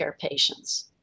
patients